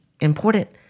important